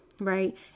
right